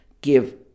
give